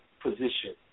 position